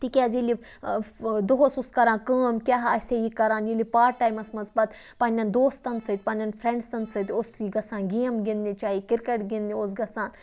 تِکیٛازِ ییٚلہِ یہِ دۄہَس اوس کَران کٲم کیٛاہ اَسہِ ہے یہِ کَران ییٚلہِ یہِ پاٹ ٹایمَس منٛز پَتہٕ پنٛنٮ۪ن دوستَن سۭتۍ پنٛنٮ۪ن فرٛٮ۪نٛڈزَن سۭتۍ اوس یہِ گژھان گیم گِنٛدنہِ چاہے کِرکَٹ گِنٛدنہِ اوس گژھان